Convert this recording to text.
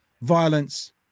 violence